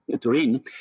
Turin